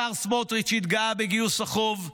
השר סמוטריץ' התגאה בגיוס החוב,